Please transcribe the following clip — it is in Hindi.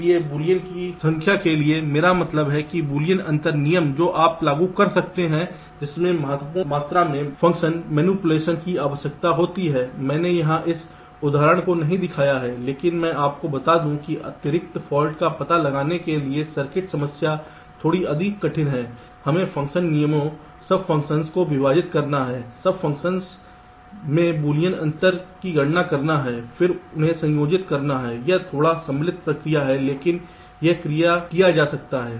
इसलिए बूलियन की संख्या के लिए मेरा मतलब है कि बूलियन अंतर नियम जो आप लागू कर सकते हैं जिसमें महत्वपूर्ण मात्रा में फ़ंक्शन मणिपुलेशन्स की आवश्यकता होती है मैंने यहां इस उदाहरण को नहीं दिखाया है लेकिन मैं आपको बता दूं कि आंतरिक फॉल्ट्स का पता लगाने के लिए सर्किट समस्या थोड़ी अधिक कठिन है हमें फ़ंक्शन नियमों सब फंक्शंस को विभाजित करना है सब फंक्शंस के बूलियन अंतर की गणना करना है फिर से उन्हें संयोजित करना है यह थोड़ा सम्मिलित प्रक्रिया है लेकिन यह किया जा सकता है